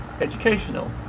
educational